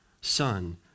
son